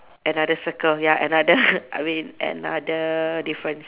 another circle ya another I mean another difference